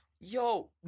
Yo